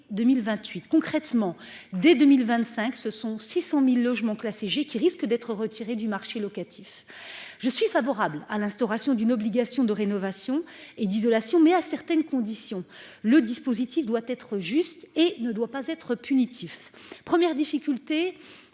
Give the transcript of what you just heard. Concrètement, dès 2025, ce sont 600.000 logements classés G qui risque d'être retiré du marché locatif. Je suis favorable à l'instauration d'une obligation de rénovation et d'isolation, mais à certaines conditions. Le dispositif doit être juste et ne doit pas être punitif premières difficultés